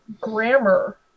grammar